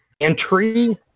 entry